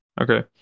okay